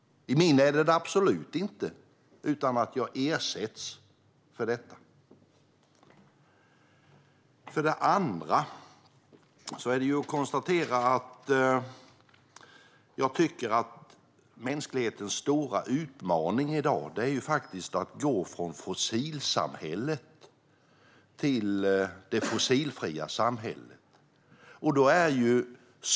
I min är det absolut inte tänkbart utan att jag ersätts för detta. För det andra: Jag tycker att mänsklighetens stora utmaning i dag är att gå från fossilsamhället till det fossilfria samhället.